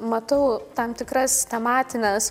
matau tam tikras tematines